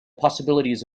possibilities